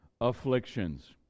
afflictions